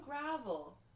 gravel